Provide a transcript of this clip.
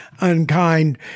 unkind